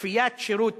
כפיית שירות